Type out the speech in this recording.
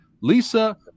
Lisa